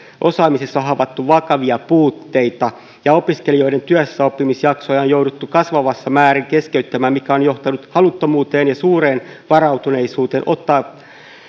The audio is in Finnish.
osaamisessa on havaittu vakavia puutteita ja opiskelijoiden työssäoppimisjaksoja on jouduttu kasvavassa määrin keskeyttämään mikä on johtanut haluttomuuteen ja suureen varautuneisuuteen ottaa